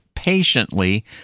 patiently